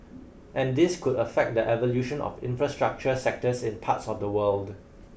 and this could affect the evolution of infrastructure sectors in parts of the world